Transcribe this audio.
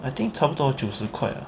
I think 差不多九十块 ah